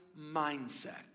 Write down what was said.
mindset